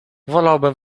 wolałabym